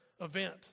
event